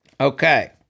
Okay